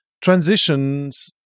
transitions